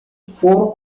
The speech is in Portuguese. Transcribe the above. foram